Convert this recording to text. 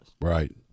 Right